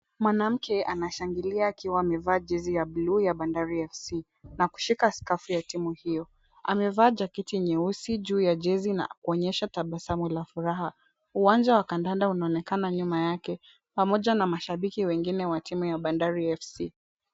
Mwanamke anashangilia akiwa amevaa jezi ya bluu ya Bandari FC na kushika skafu ya timu hiyo. Amevaa jaketi nyeusi juu ya jezi na kuonyesha tabasamu la furaha. Uwanja wa kandanda unaonekana nyuma yake pamoja na mashabiki wengine wa timu ya Bandari FC.